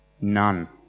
None